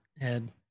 head